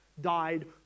died